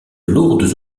lourdes